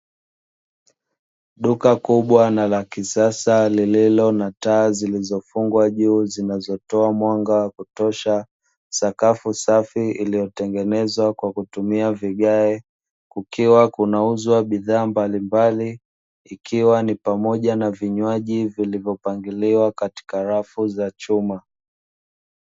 Duka kubwa na la kisasa lililo na taa zilizofungwa juu zinazotoa mwanga wa kutosha, sakafu safi iliyotengenezwa kwa kutumia vigaye, kukiwa kunauzwa bidhaaa mbalimbali, ikiwa ni pamoja na vinywaji vilivopangiliwa katika rafu za chuma.